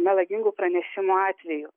melagingų pranešimų atveju